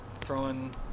throwing